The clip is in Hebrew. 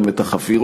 גם את החפירות,